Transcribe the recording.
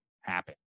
happen